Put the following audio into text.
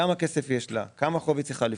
כמה כסף יש לה, כמה חוב היא צריכה לפרוע.